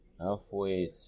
halfway